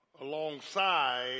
alongside